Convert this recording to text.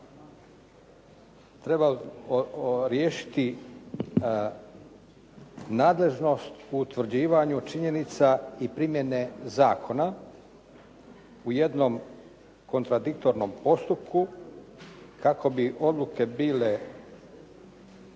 Treba riješiti nadležnost u utvrđivanju činjenica i primjene zakona u jednom kontradiktornom postupku kako bi odluke bile